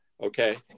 okay